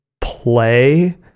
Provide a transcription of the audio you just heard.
play